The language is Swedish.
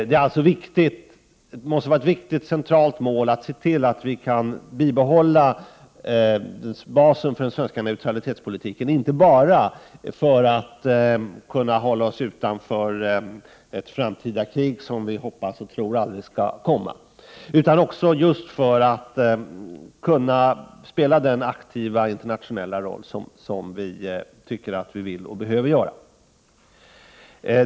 Det måste alltså vara ett viktigt och centralt mål att se till att vi kan bibehålla basen för den svenska neutralitetspolitiken, inte bara för att kunna hålla oss utanför ett framtida krig som vi hoppas och tror aldrig skall komma, utan också för att kunna spela den aktiva internationella roll som vi tycker att vi vill och behöver göra.